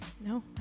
No